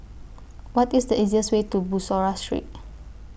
What IS The easiest Way to Bussorah Street